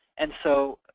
and so,